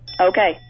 Okay